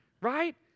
right